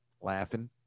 laughing